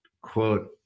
quote